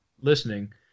listening